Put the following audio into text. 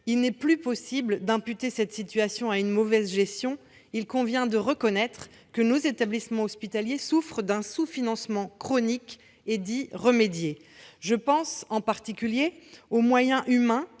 Il n'est plus possible d'imputer cette situation à une mauvaise gestion ; il convient de reconnaître que nos établissements hospitaliers souffrent d'un sous-financement chronique, et d'y remédier. Je pense en particulier aux moyens humains